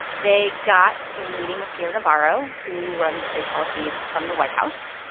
they got a meeting with peter navarro, who runs trade policy from the white house.